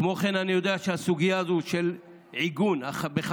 כמו כן, אני יודע שהסוגיה הזו של עיגון בחקיקה